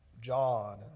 John